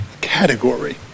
category